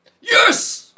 Yes